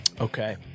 okay